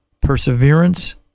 perseverance